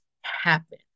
happen